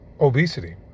obesity